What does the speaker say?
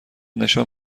نشان